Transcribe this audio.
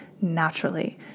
Naturally